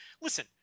listen